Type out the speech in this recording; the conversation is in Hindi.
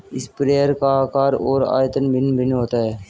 स्प्रेयर का आकार और आयतन भिन्न भिन्न होता है